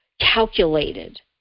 calculated